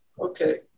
okay